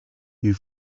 you